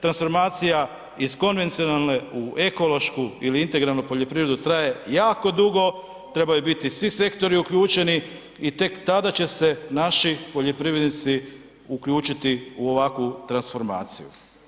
Transformacija iz konvencionalne u ekološku ili integralnu poljoprivredu traje jako dugo, trebaju biti svi sektori uključeni i tek tada će se naši poljoprivrednici uključiti u ovakvu transformaciju.